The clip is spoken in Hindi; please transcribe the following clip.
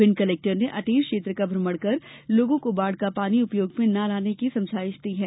भिंड कलेक्टर ने अटेर क्षेत्र का भ्रमण कर लोगों को बाढ़ का पानी उपयोग में न लाने की समझाईश दी है